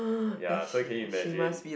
ya so can you imagine